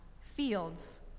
fields